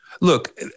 look